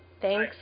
Thanks